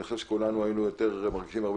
אני חושב שכולנו היינו מרגישים הרבה